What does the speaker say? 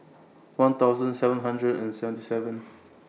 one thousand seven hundred and seventy seven